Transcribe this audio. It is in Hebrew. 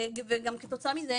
וכתוצאה מזה,